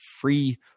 free